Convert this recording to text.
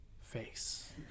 face